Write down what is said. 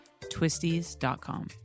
twisties.com